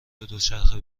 دوچرخه